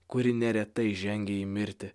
kuri neretai žengė į mirtį